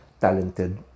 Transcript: talented